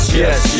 yes